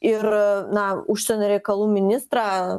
ir na užsienio reikalų ministrą